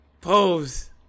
Pose